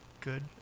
good